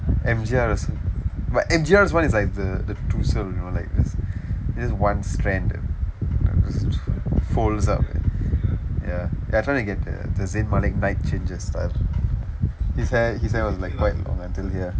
M_G_R was but M_G_R [one] is like the the tousle you know like this this one strand just folds up ya they're trying to get the the zayn malik night changes style his hair his hair was like quite long until here